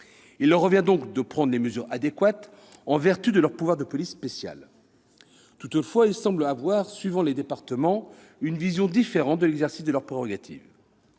Il leur revient donc de prendre les mesures adéquates en vertu de leur pouvoir de police spéciale. Toutefois, ils semblent avoir, suivant les départements, une vision différente de l'exercice de leurs prérogatives.